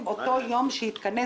סייבר ומחשוב זה לתמיד.